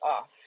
off